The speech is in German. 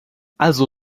also